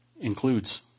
includes